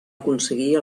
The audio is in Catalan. aconseguir